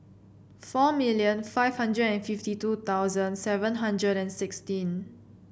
four million five hundred and fifty two seven hundred and sixteen